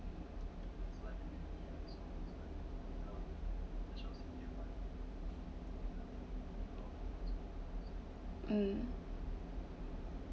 um